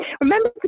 Remember